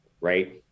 Right